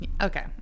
okay